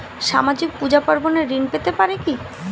সামাজিক পূজা পার্বণে ঋণ পেতে পারে কি?